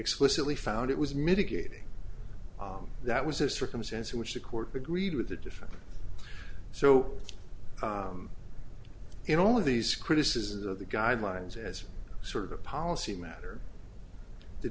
explicitly found it was mitigating that was a circumstance in which the court agreed with the difference so in all of these criticisms of the guidelines as a sort of a policy matter the